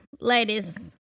ladies